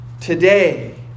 Today